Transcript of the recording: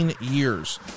years